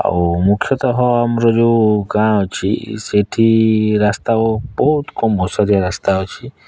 ଆଉ ମୁଖ୍ୟତଃ ଆମର ଯେଉଁ ଗାଁ ଅଛି ସେଇଠି ରାସ୍ତା ଓ ବହୁତ୍ କମ୍ ଓସାରିଆ ରାସ୍ତା ଅଛି